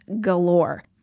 galore